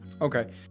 Okay